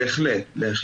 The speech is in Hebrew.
בהחלט.